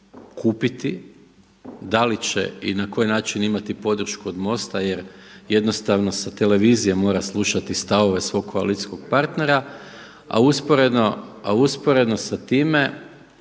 kupiti, da li će i na koji način imati podršku od Mosta jer jednostavno sa televizije mora slušati stavove svog koalicijskog partnera a usporedno sa time